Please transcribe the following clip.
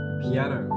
piano